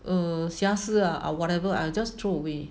err 瑕疵 ah or whatever I'll just throw away